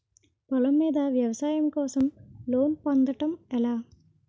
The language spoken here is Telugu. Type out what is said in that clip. పొలం మీద వ్యవసాయం కోసం లోన్ పొందటం ఎలా?